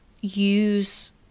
use